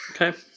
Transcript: Okay